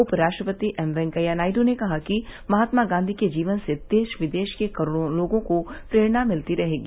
उपराष्ट्रपति एम वेंकैया नायडू ने कहा कि महात्मा गांधी के जीवन से देश विदेश के करोड़ों लोगों को प्रेरणा मिलती रहेगी